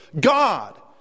God